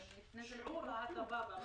יש את שיעור ההטבה במס